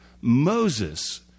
Moses